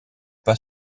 pas